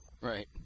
Right